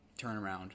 turnaround